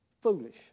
foolish